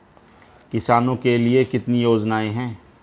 किसानों के लिए कितनी योजनाएं हैं?